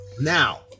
Now